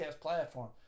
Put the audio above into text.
platform